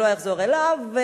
לא אחזור עליו.